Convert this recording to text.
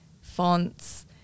fonts